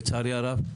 לצערי הרב.